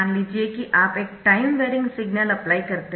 मान लीजिए कि आप एक टाइम वेरिंग सिग्नल अप्लाई करते है